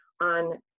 on